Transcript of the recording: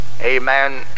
Amen